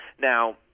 now